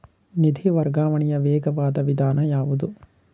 ನಿಧಿ ವರ್ಗಾವಣೆಯ ವೇಗವಾದ ವಿಧಾನ ಯಾವುದು?